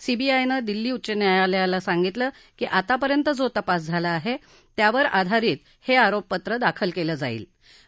सीबीआयनं दिल्ली उच्चं न्यायालयाला सांगितलं की ीतापर्यंत जो तपास झाला ीहे त्यावर ीधारित हे ीरोपप्र दाखल केलं जाणार ाहे